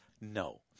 No